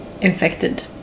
infected